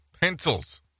pencils